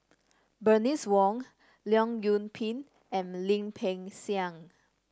Bernice Wong Leong Yoon Pin and Lim Peng Siang